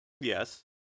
Yes